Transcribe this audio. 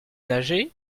nager